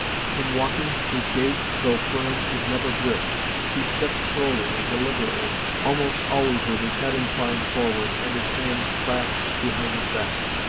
in walking, his gait, though firm, is never brisk. he steps slowly and deliberately, almost always with his head inclined forward and his hands clasped behind his back.